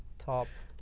top,